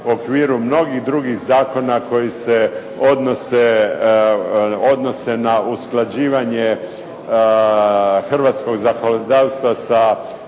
u okviru i mnogih drugih zakona koji se odnose na usklađivanje hrvatskog zakonodavstva sa